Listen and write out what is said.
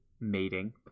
mating